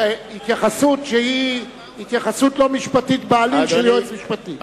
התייחסות לא משפטית בעליל של יועץ משפטי.